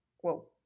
whoa